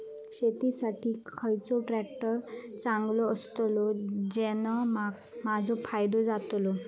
शेती साठी खयचो ट्रॅक्टर चांगलो अस्तलो ज्याने माजो फायदो जातलो?